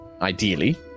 ideally